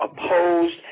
opposed